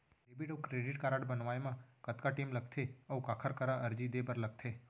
Debit अऊ credit card बनवाए मा कतका टेम लगथे, अऊ काखर करा अर्जी दे बर लगथे?